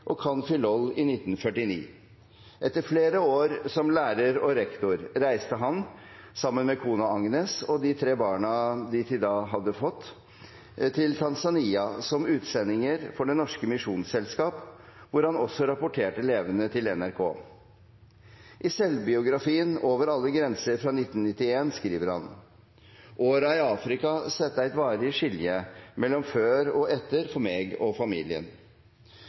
og cand.philol. i 1948. Etter flere år som lærer og rektor reiste han, sammen med kona Agnes og de tre barna de til da hadde fått, til Tanzania som utsendinger for Det Norske Misjonsselskap, hvor han også rapporterte levende til NRK. I selvbiografien «Over alle grenser» fra 1991 skriver han: «Åra i Afrika sette eit varig skilje mellom før og etter for meg og familien.